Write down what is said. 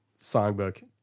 songbook